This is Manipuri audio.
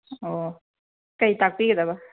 ꯑꯣ ꯀꯔꯤ ꯇꯥꯛꯄꯤꯒꯗꯕ